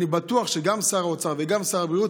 אני בטוח שגם שר האוצר וגם שר הבריאות,